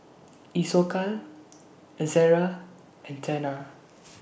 Isocal Ezerra and Tena